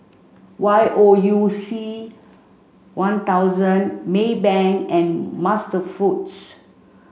Y O U C One thousand Maybank and MasterFoods